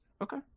Okay